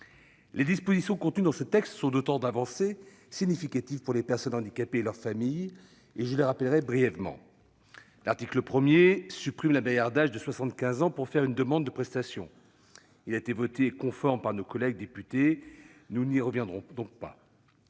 Les dispositions contenues dans ce texte sont autant d'avancées significatives pour les personnes handicapées et leurs familles. Je les rappellerai brièvement. L'article 1 supprime la barrière d'âge de 75 ans pour déposer une demande de prestation. Il a été voté conforme par nos collègues députés ; nous n'y reviendrons donc pas.